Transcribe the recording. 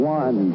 one